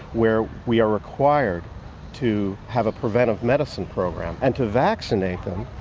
where we are required to have a preventive medicine program and to vaccinate them,